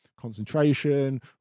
concentration